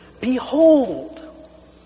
Behold